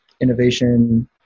innovation